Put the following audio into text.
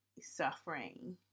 suffering